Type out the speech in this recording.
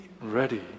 ready